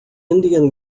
indian